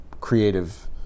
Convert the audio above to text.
creative